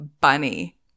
bunny